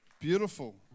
Beautiful